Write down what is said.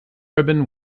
ribbon